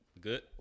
Good